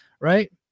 right